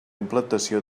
implantació